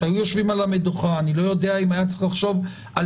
שהיו יושבים על המדוכה אני לא יודע אם היה צריך לחשוב על